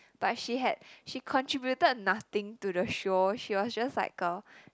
but she had she contributed nothing to the show she was just like a